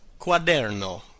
quaderno